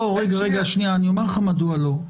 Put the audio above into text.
אני אגיד לך מדוע לא.